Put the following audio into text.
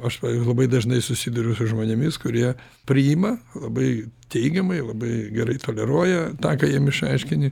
aš labai dažnai susiduriu su žmonėmis kurie priima labai teigiamai labai gerai toleruoja tą ką jiem išaiškini